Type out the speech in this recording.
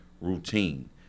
routine